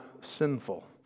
sinful